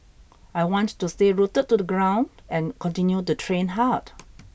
I want to stay rooted to the ground and continue to train hard